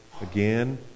again